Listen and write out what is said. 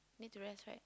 need to rest right